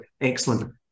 excellent